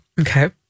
okay